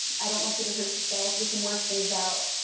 i don't want you to hurt yourself. we can work things out.